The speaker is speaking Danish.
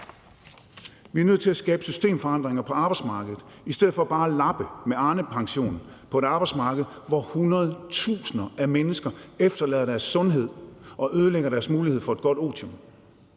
Vi er nødt til at skabe systemforandringer på arbejdsmarkedet i stedet for bare at lappe med Arnepension på et arbejdsmarked, hvor hundredtusinder af mennesker efterlader deres sundhed og ødelægger deres mulighed for et godt otium.